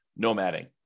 nomading